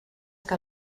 que